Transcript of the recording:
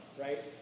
right